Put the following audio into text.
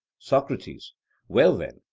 socrates well then,